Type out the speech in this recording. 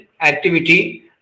activity